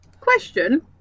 question